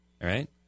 right